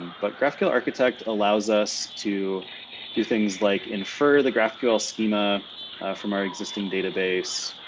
but graphql architect allows us to do things like infer the graphql schema from our existing database.